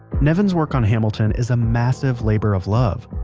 nevin's work on hamilton is a massive labor of love.